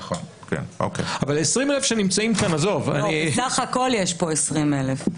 לא, בסך הכול יש פה 20,000,